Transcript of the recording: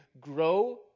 grow